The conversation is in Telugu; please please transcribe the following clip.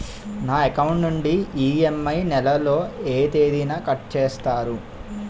నా అకౌంట్ నుండి ఇ.ఎం.ఐ నెల లో ఏ తేదీన కట్ చేస్తారు?